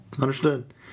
understood